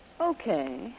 Okay